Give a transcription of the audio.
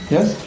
Yes